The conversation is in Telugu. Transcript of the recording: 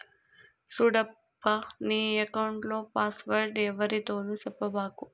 సూడప్పా, నీ ఎక్కౌంట్ల పాస్వర్డ్ ఎవ్వరితోనూ సెప్పబాకు